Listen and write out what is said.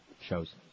shows